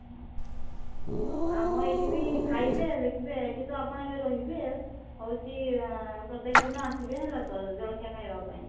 ହଁ ହେଉ ଆମ ଏଇଠି ବି ଖାଇବେ ଦେଖିବେ କିନ୍ତୁ ଆପଣ ଏବେ ରହିବେ ହେଉଛି ପ୍ରତ୍ୟେକ ଦିନ ଆସିବେ ହେଲା ତ ଜଳଖିଆ ଖାଇବାପାଇଁ